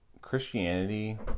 Christianity